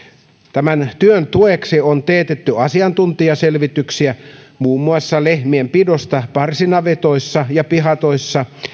tämän työn tueksi on teetetty asiantuntijaselvityksiä muun muassa lehmien pidosta parsinavetoissa ja pihatoissa